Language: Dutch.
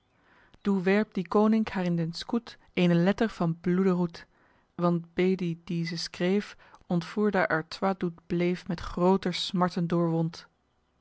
werp die coninc haer in den scoet ene letter van bloede roet want be die die se screef ontfoer daer artois doet bleef met groter smarten